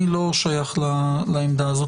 אני לא שייך לעמדה הזאת.